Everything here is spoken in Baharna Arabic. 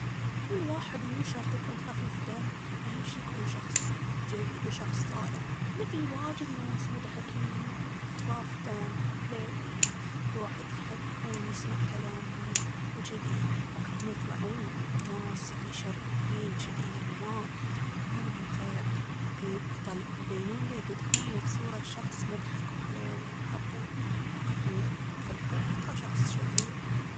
هو الواحد مو شرط يكون خفيف دم، أهم شي يكون شخص جيد وشخص صالح. لأن في واجد ناس مضحكين وخفاف دم وحليوين، الواحد يحب يكون يسمع كلامهم وجذي، لكن هم يطلعون ناس يعني شريين جذي، يعني ما- ما منهم خير، لكن يبينون ليك يضهرون ليك بصورة شخص مضحك وحليو وحبوب، لكن هو في الحقيقة شخص شرير.